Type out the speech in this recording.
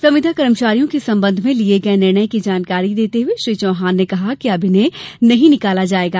संविदा कर्मचारियों के संबंध में लिए गए निर्णय की जानकारी देते हुए श्री चौहान ने कहा कि अब उन्हें नहीं निकाला जायेगा